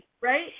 Right